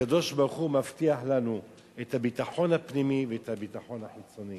והקדוש-ברוך-הוא מבטיח לנו את הביטחון הפנימי ואת הביטחון החיצוני.